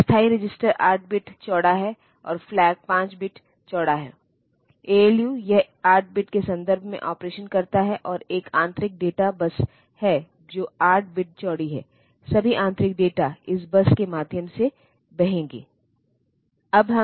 उसमें से 8085 केवल 246 विभिन्न बिट पैटर्न का उपयोग करते हैं और शेष 10 पैटर्न का उपयोग बिल्कुल नहीं किया जाता है